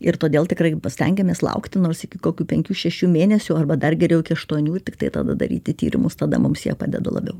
ir todėl tikrai stengiamės laukti nors iki kokių penkių šešių mėnesių arba dar geriau iki aštuonių ir tiktai tada daryti tyrimus tada mums jie padeda labiau